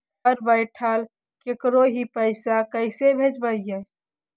घर बैठल केकरो ही पैसा कैसे भेजबइ?